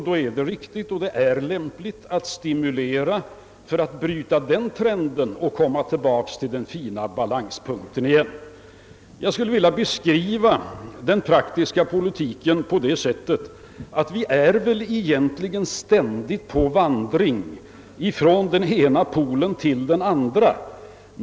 Då är det lämpligt att stimulera för att bryta den trenden och komma tillbaka till den fina balanspunkten. Jag skulle vilja beskriva den praktiska politiken på det sättet att vi ständigt är på vandring från den ena polen till den andra.